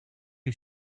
you